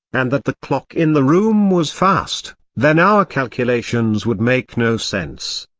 and that the clock in the room was fast, then our calculations would make no sense.